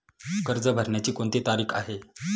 कर्ज भरण्याची कोणती तारीख आहे?